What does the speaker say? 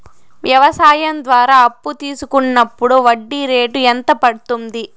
వ్యవసాయం ద్వారా అప్పు తీసుకున్నప్పుడు వడ్డీ రేటు ఎంత పడ్తుంది